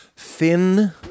Thin